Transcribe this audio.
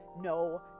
no